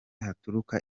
haturuka